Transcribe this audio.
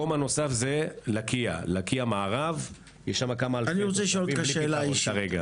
אני רוצה לשאול אותך שאלה אישית.